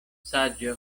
saĝa